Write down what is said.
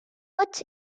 what